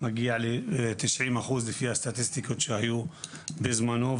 מגיע ל-90% לפי הסטטיסטיקות שהיו בזמנו,